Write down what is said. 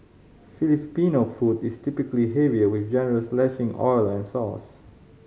Filipino food is typically heavier with generous lashing of oil and sauce